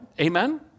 Amen